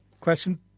question